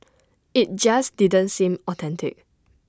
IT just didn't seem authentic